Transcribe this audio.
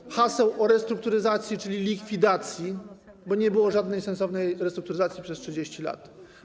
Były hasła o restrukturyzacji, czyli likwidacji, bo nie było żadnej sensownej restrukturyzacji przez 30 lat.